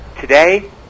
Today